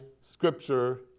scripture